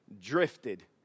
drifted